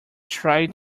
tried